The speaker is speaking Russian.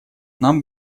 нам